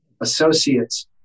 associates